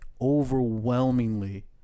overwhelmingly